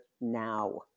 now